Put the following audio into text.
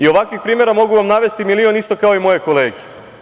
Ovakvih primera mogu vam navesti milion, isto kao i moje kolege.